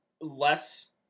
less